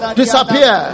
disappear